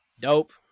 Dope